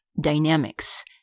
dynamics